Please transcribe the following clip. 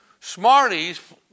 Smarties